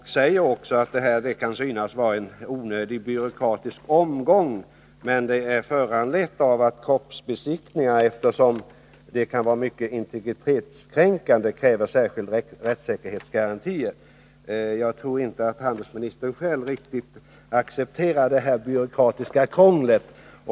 Han säger att det här kan synas vara en onödig byråkratisk omgång, men det är föranlett av att kroppsbesiktningar, eftersom de kan vara mycket integritetskränkande, kräver särskilda rättssäkerhetsgarantier. Jag tror inte att handelsministern själv riktigt accepterar det här byråkratiska krånglet.